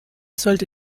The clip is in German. sollte